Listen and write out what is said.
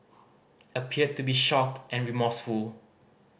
appeared to be shocked and remorseful